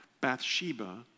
Bathsheba